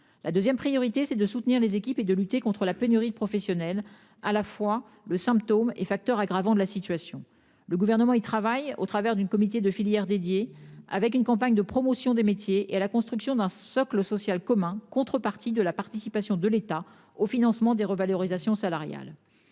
la 2ème priorité c'est de soutenir les équipes et de lutter contre la pénurie de professionnels à la fois le symptôme et facteur aggravant de la situation, le gouvernement, il travaille au travers d'une comité de filière dédiée avec une campagne de promotion des métiers et à la construction d'un socle social commun contrepartie de la participation de l'État au financement des revalorisations salariales.